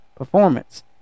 performance